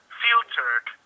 filtered